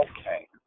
Okay